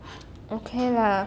okay lah